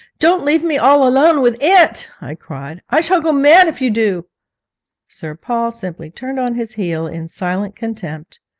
don't leave me all alone with it i cried i shall go mad if you do sir paul simply turned on his heel in silent contempt,